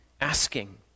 asking